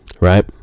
right